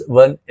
one